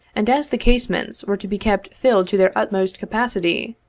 and, as the casemates were to be kept filled to their utmost capacity,